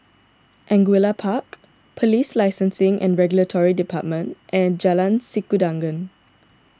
Angullia Park Police Licensing and Regulatory Department and Jalan Sikudangan